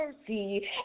mercy